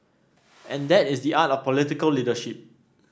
and that is the art of political leadership